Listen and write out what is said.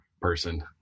Person